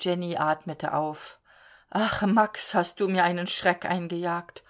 jenny atmete auf ach max hast du mir einen schreck eingejagt